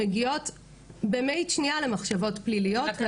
מגיעות במאית שנייה למחשבות פליליות ואני רואה את זה הרבה.